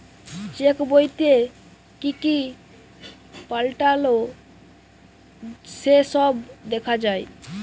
check বইতে কি কি পাল্টালো সে সব দেখা যায়